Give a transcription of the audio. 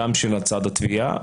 גם של צד התביעה,